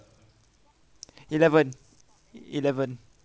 eleven eleven